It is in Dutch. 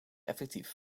effectief